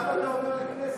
למה אתה אומר הכנסת?